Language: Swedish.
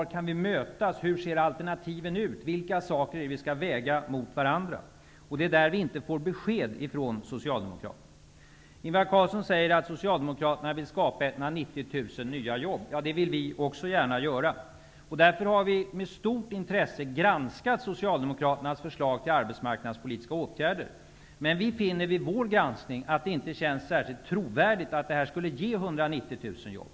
Var kan vi mötas? Hur ser alternativen ut? Vilka saker skall vi väga mot varandra? Det är i dessa frågor vi inte får besked från Socialdemokraterna. Ingvar Carlsson säger att Socialdemokraterna vill skapa 190 000 nya jobb. Det vill vi också gärna göra. Därför har vi med stort intresse granskat Socialdemokraternas förslag till arbetsmarknadspolitiska åtgärder. Vi finner vid vår granskning att det inte känns särskilt trovärdigt att förslagen skulle ge 190 000 jobb.